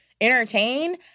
entertain –